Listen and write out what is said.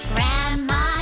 Grandma